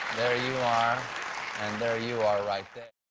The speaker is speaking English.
there you are and there you are right there.